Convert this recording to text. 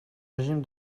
régime